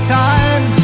time